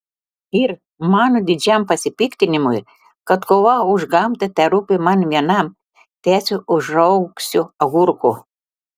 ir mano didžiam pasipiktinimui kad kova už gamtą terūpi man vienam tęsė užraugsiu agurkų